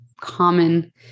common